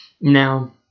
Now